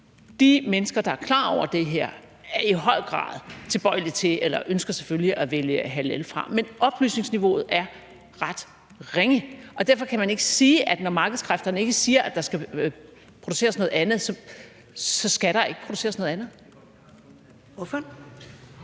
De mennesker, der er klar over det her, er i høj grad tilbøjelige til eller ønsker selvfølgelig at vælge halalprodukter fra. Men oplysningsniveauet er ret ringe, og derfor kan man ikke sige, at når markedskræfterne ikke siger, at der skal produceres noget andet, så skal der ikke produceres noget andet. Kl.